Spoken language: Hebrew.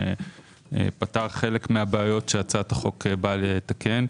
שפתר חלק מהבעיות שהצעת החוק באה לתקן.